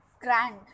grand